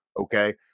Okay